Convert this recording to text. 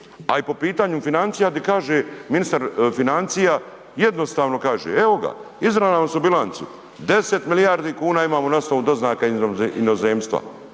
a i po pitanju financija di kaže ministar financija, jednostavno kaže, evo ga izravnali smo bilancu, 10 milijardi kuna imamo na osnovu doznaka iz inozemstva,